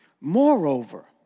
Moreover